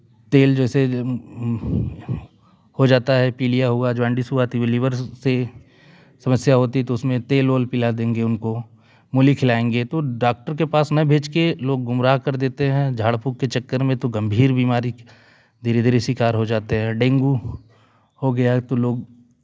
तेल जैसे हो जाता है पीलिया हुआ जॉन्डिस हुआ लीवर से समस्या होती है तो उसमें तेल एल पीला देंगे उनको मूली खिलाएँगे तो डॉक्टर के पास ना भेज के लोग गुमराह कर देते हैं झाड़फूंक के चक्कर में तो गंभीर बीमारी धीरे धीरे शिकार हो जाते हैं डेंगू हो गया है तो लोग